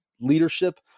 leadership